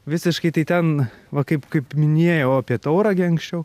visiškai tai ten va kaip kaip minėjau apie tauragę anksčiau